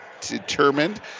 determined